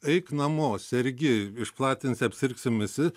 eik namo sergi išplatinsi apsirgsim visi